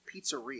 pizzeria